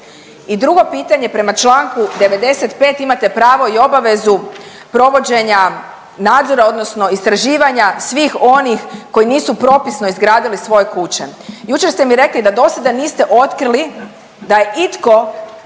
I drugo pitanje, prema Članku 95. imate pravo i obavezu provođenja nadzora odnosno istraživanja svih onih koji nisu propisno izgradili svoje kuće. Jučer ste mi rekli da dosada niste otkrili da je itko